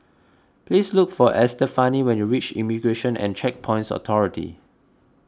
please look for Estefani when you reach Immigration and Checkpoints Authority